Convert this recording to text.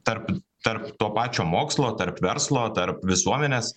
tarp tarp to pačio mokslo tarp verslo tarp visuomenės